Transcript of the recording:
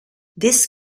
this